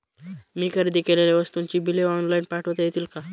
मी खरेदी केलेल्या वस्तूंची बिले ऑनलाइन पाठवता येतील का?